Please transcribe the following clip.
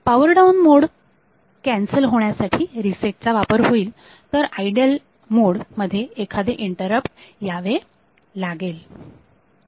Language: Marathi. पावर डाऊन मोड कॅन्सल होण्यासाठी रिसेट चा वापर होईल तर आयडल मोड मध्ये एखादे इंटरप्ट यावे लागेल